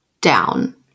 down